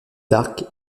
arc